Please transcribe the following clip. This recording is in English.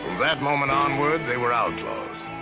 that moment onward, they were outlaws.